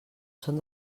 són